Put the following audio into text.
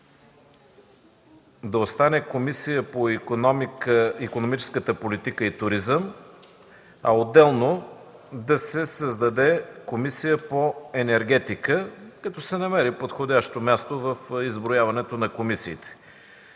да остане Комисия по икономика, икономическата политика и туризъм, а отделно да се създаде Комисия по енергетика, като се намери подходящо място в изброяването на комисиите.